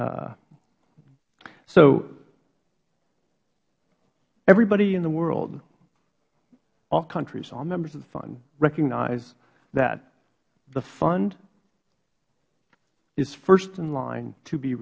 so everybody in the world all countries all members of the fund recognize that the fund is first in line to be